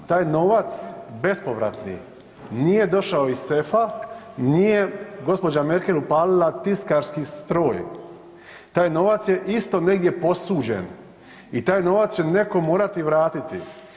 Taj novac bespovratni nije došao iz sefa, nije gđa. Merkel upalila tiskarski stroj, taj novac je isto negdje posuđen i taj novac će neko morati vratiti.